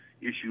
issue